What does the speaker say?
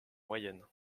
moyenne